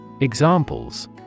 Examples